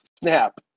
snap